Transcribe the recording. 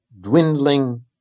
dwindling